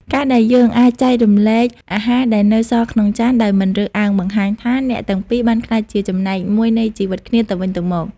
ការដែលយើងអាចចែករំលែកអាហារដែលនៅសល់ក្នុងចានដោយមិនរើសអើង បង្ហាញថាអ្នកទាំងពីរបានក្លាយជាចំណែកមួយនៃជីវិតគ្នាទៅវិញទៅមក។